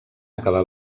acabar